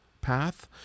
path